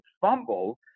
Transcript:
fumble